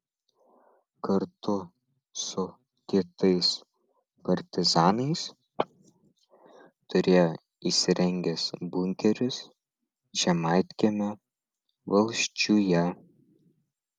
kartu su kitais partizanais turėjo įsirengęs bunkerius žemaitkiemio valsčiuje